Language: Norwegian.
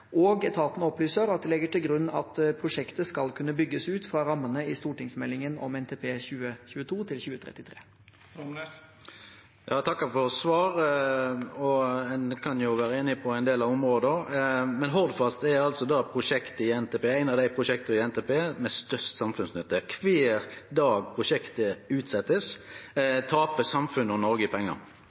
Etaten opplyser at de legger til grunn at prosjektet skal kunne bygges ut fra rammene i stortingsmeldingen om NTP 2022–2033. Eg takkar for svaret. Ein kan vere einig på ein del område, men Hordfast er altså eit av prosjekta i NTP med størst samfunnsnytte. Kvar dag prosjektet blir utsett, tapar samfunnet og Noreg pengar.